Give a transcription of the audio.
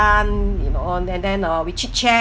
you know uh and then uh we chit chat